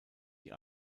die